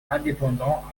indépendants